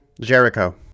Jericho